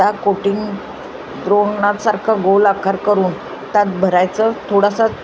त्या कोटिंग रोंगणासारखं गोल आकार करून त्यात भरायचं थोडासा